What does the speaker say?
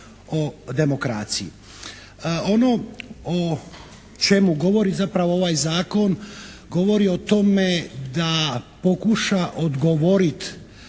o demokraciji. Ono o čemu govori zapravo ovaj zakon, govori o tome da pokuša odgovoriti